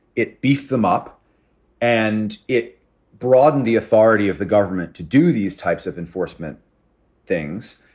it beef them up and it broadened the authority of the government to do these types of enforcement things,